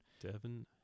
Devin